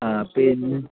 ആ പിന്നെ